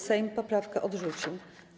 Sejm poprawkę odrzucił.